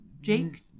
jake